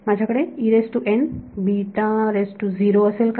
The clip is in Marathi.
माझ्याकडे असेल का